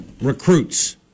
recruits